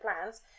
plans